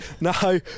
No